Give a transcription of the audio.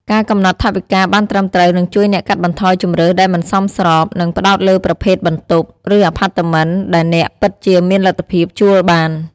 ការកំណត់ថវិកាបានត្រឹមត្រូវនឹងជួយអ្នកកាត់បន្ថយជម្រើសដែលមិនសមស្រប និងផ្ដោតលើប្រភេទបន្ទប់ ឬអាផាតមិនដែលអ្នកពិតជាមានលទ្ធភាពជួលបាន។